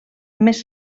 més